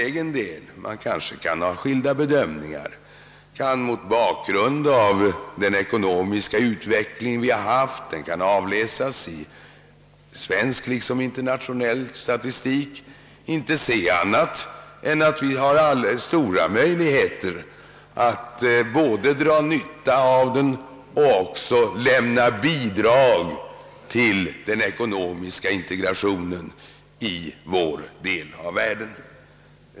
Man kan kanske ha skilda bedömningar mot bakgrunden av den ekonomiska utveckling vi har haft, men ur svensk och internationell statistik kan man inte utläsa annat än att vi har stora möjligheter att både dra nytta av och lämna bidrag till den ekonomiska integrationen i vår del av världen.